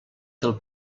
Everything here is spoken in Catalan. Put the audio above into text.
del